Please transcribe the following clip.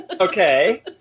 okay